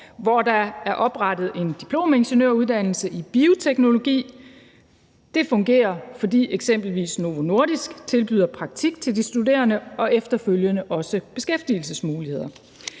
hvor der er oprettet en diplomingeniøruddannelse i bioteknologi, og det fungerer, fordi eksempelvis Novo Nordisk tilbyder praktik til de studerende og efterfølgende også beskæftigelsesmuligheder.